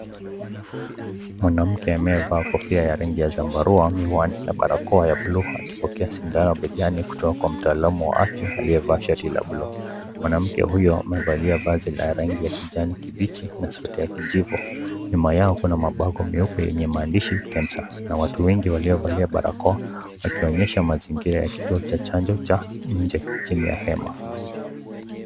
Mwanamke anayevaa kofia ya rangi ya zambarau, miwani na barakoa ya buluu; akipokea sindano ya begani kutoka kwa mtaalamu wa afya aliyevaa shati la buluu. Mwanamke huyo amevalia vazi la rangi ya kijani kibichi na sweta ya kijivu. Nyuma yao kuna mabango meupe yenye maandishi Kemsa . Na watu wengi waliovalia barakoa wakionyesha mazingira ya kituo cha chanjo cha nje chini ya hema.